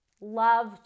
love